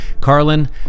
Carlin